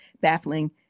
baffling